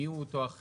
מי הוא אותו אחר?